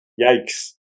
Yikes